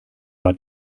war